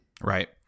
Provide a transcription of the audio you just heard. right